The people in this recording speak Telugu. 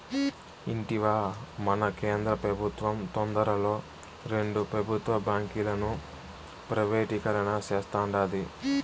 ఇంటివా, మన కేంద్ర పెబుత్వం తొందరలో రెండు పెబుత్వ బాంకీలను ప్రైవేటీకరణ సేస్తాండాది